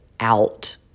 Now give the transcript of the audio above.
out